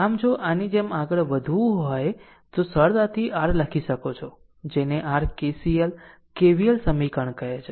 આમ જો આની જેમ આગળ વધવું હોય તો સરળતાથી r લખી શકો છો જેને r KCL KVL સમીકરણ કહે છે